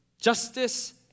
justice